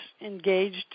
engaged